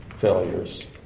failures